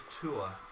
Tour